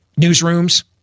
Newsrooms